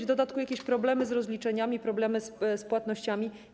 W dodatku są jakieś problemy z rozliczeniami, problemy z płatnościami.